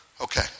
Okay